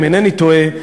אם אינני טועה,